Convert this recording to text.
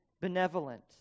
Benevolent